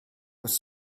was